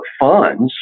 funds